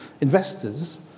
investors